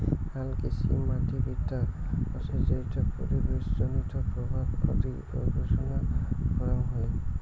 হালকৃষিমাটিবিদ্যা হসে যেইটো পরিবেশজনিত প্রভাব আদি গবেষণা করাং হই